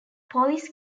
police